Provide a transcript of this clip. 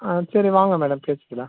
ஆ சரி வாங்க மேடம் பேசிக்கலாம்